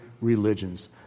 religions